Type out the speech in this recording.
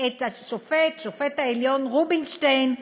את שופט העליון רובינשטיין,